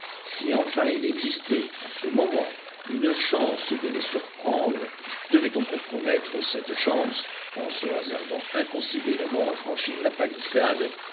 si enfin il existait en ce moment une chance de les surprendre devait-on compromettre cette chance en se hasardant inconsidérément à franchir la palissade